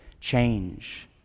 change